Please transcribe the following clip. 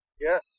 Yes